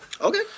Okay